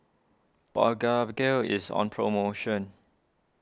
is on promotion